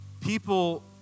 People